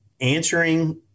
answering